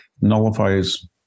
nullifies